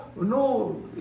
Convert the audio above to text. no